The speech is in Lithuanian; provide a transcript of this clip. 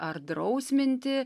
ar drausminti